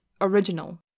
original